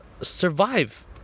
survive